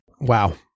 Wow